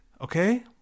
Okay